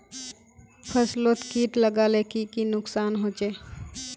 फसलोत किट लगाले की की नुकसान होचए?